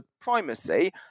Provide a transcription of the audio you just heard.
primacy